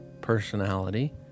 personality